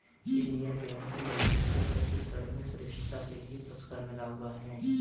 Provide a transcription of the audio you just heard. Indian Bank को मंत्री से कृषि ऋण में श्रेष्ठता के लिए पुरस्कार मिला हुआ हैं